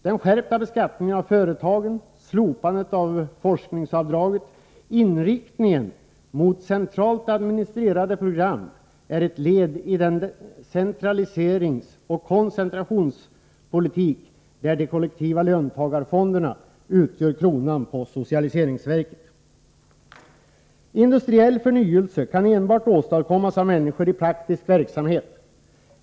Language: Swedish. Den skärpta beskattningen av företagen, slopandet av forskningsavdraget och inriktningen mot centralt administrerade program är led i den centraliseringsoch koncentratiouspolitik där de kollektiva löntagarfonderna utgör kronan på socialiseringsverket. Industriell förnyelse kan enbart åstadkommas av människor i praktisk verksamhet.